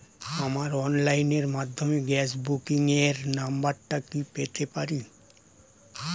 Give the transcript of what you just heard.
আমার অনলাইনের মাধ্যমে গ্যাস বুকিং এর নাম্বারটা কি পেতে পারি?